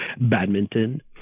badminton